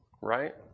Right